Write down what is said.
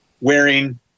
wearing